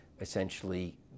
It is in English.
essentially